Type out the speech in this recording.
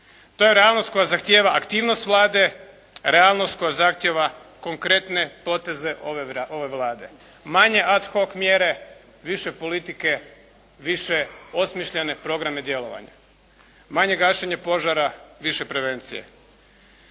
To je realnost koja zahtjeva aktivnost Vlade, realnost koja zahtjeva konkretne poteze ove Vlade. Manje ad hoc mjere, više politike, više osmišljene programa djelovanja, manje gašenje požara, više prevencije.